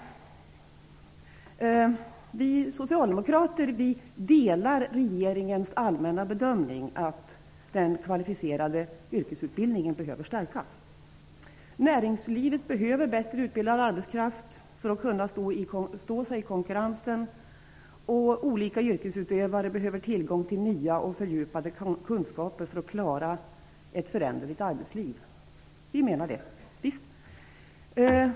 Vi socialdemokrater delar regeringens allmänna bedömning att den kvalificerade yrkesutbildningen behöver stärkas. Näringslivet behöver bättre utbildad arbetskraft för att kunna stå sig i konkurrensen. Olika yrkesutövare behöver tillgång till nya och fördjupade kunskaper för att klara ett föränderligt arbetsliv.